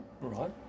Right